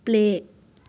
play